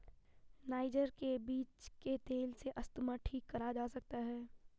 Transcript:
niger के बीज के तेल से अस्थमा ठीक करा जा सकता है